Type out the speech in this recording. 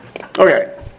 Okay